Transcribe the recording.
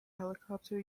helicopter